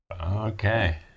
Okay